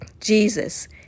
Jesus